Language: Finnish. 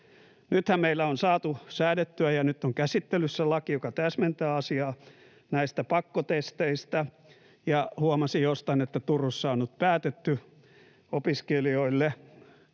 Nythän meillä on saatu säädettyä ja nyt on käsittelyssä laki, joka täsmentää asiaa näistä pakkotesteistä. Ja huomasin jostain, että Turussa on nyt päätetty opiskelijoille, ilmeisesti